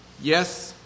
Yes